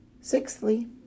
Sixthly